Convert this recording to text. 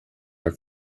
are